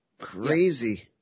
crazy